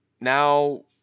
now